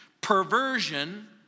Perversion